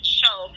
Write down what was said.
show